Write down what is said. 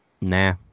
Nah